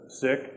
sick